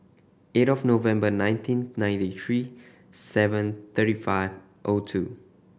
eight of November nineteen ninety three seven thirty five O two